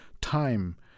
time